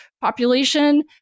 population